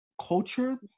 culture